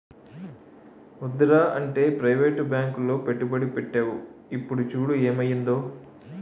వద్దురా అంటే ప్రవేటు బాంకులో పెట్టుబడి పెట్టేవు ఇప్పుడు చూడు ఏమయిందో